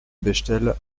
bechtel